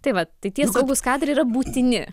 tai vat tai tie saugūs kadrai yra būtini